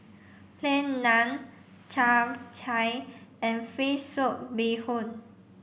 Plain Naan Chap Chai and fish soup Bee Hoon